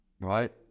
Right